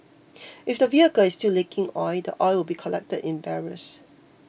if the vehicle is still leaking oil the oil will be collected in barrels